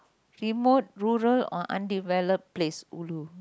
remote rural or undeveloped place ulu